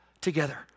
together